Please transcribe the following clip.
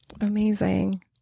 Amazing